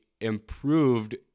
improved